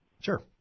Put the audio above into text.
Sure